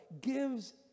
gives